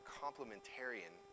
complementarian